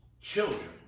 children